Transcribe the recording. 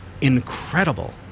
incredible